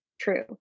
true